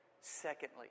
Secondly